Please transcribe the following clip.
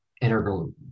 integral